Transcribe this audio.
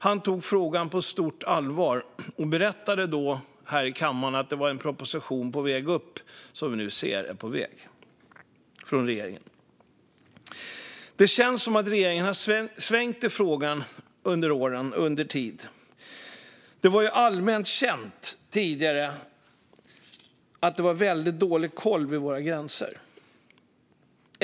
Han tog frågan på stort allvar och berättade här i kammaren att en proposition var på väg, en proposition som vi nu ser är på väg från regeringen. Det känns som att regeringen har svängt i frågan under åren. Det var ju tidigare allmänt känt att det var väldigt dålig koll vid våra gränser.